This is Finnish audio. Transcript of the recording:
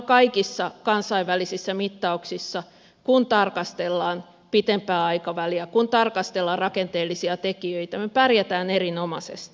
kaikissa kansainvälisissä mittauksissa kun tarkastellaan pitempää aikaväliä kun tarkastellaan rakenteellisia tekijöitä me pärjäämme erinomaisesti